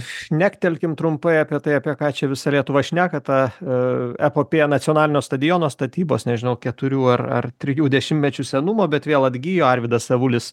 šnektelkim trumpai apie tai apie ką čia visa lietuva šneka ta epopėja nacionalinio stadiono statybos nežinau keturių ar ar trijų dešimtmečių senumo bet vėl atgijo arvydas avulis